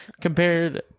compared